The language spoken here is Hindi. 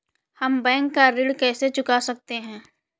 हम बैंक का ऋण कैसे चुका सकते हैं?